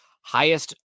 highest